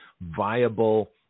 viable –